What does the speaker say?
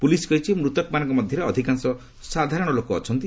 police କହିଛି ମୃତକମାନଙ୍କ ମଧ୍ୟରେ ଅଧିକାଂଶ ସାଧାରଣ ଲୋକ ଅଛନ୍ତି